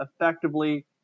effectively